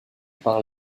par